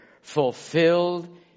fulfilled